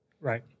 Right